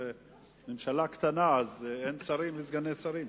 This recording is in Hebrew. ממשלה קטנה, אז אין שרים וסגני שרים.